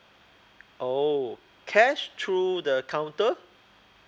oh cash through the counter